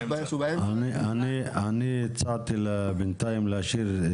בהסכמת שר הפנים ובאישור ועדת הפנים והגנת הסביבה של הכנסת רשאי,